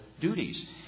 duties